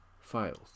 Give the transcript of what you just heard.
files